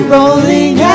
Rolling